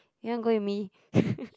you want go with me